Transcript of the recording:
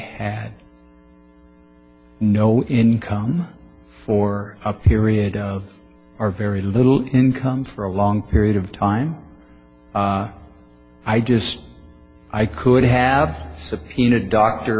had no income for a period of our very little income for a long period of time i just i could have subpoenaed d